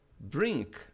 bring